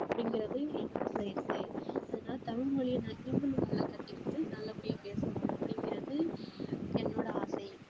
அப்படிங்கிறது என் மனசில் இருக்கு அதனால தமிழ் மொழியை நீங்களும் நல்லா கற்றுக்கிட்டு நல்லபடியாக பேசணும் அப்படிங்கிறது என்னோட ஆசை